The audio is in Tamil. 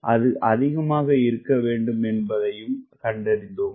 அது அதிகமாக இருக்கவேண்டும்என்பதையும் கண்டறிந்தோம்